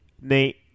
Nate